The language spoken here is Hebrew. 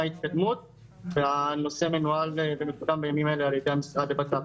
התקדמות והנושא מנוהל ומקודם ממילא על ידי המשרד לבט"פ.